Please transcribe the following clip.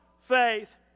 faith